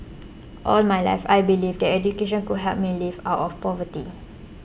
all my life I believed that education could help me lift out of poverty